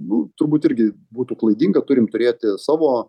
nu turbūt irgi būtų klaidinga turim turėti savo